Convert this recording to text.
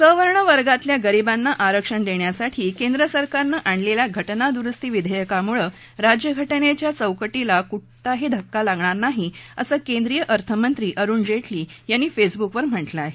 सवर्ण वर्गातल्या गरीबांना आरक्षण देण्यासाठी केंद्र सरकारने आणलेल्या घटनादुरुस्ती विधेयकामुळे राज्यघटनेच्या चौकटीला कोणताही धक्का लागणार नाही असं केंद्रीय अर्थमंत्री अरुण जेटली यांनी फेसबुकवर म्हटलं आहे